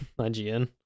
IGN